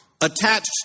attached